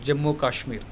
Jammu Kashmir